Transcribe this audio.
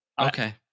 Okay